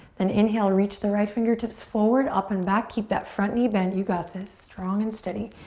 then inhale, reach the right fingertips forward, up and back. keep that front knee bent. you got this. strong and steady.